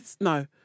No